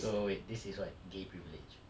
so wait this is what gay privilege